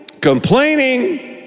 complaining